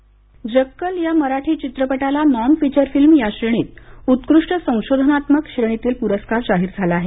जक्कल या मराठी चित्रपटाला नॉन फिचर फिल्म या श्रेणीत उत्कृष्ट संशोधनात्मक श्रेणीतील पुरस्कार जाहीर झाला आहे